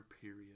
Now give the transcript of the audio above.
period